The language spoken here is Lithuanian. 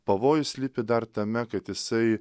pavojus slypi dar tame kad jisai